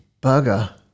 Burger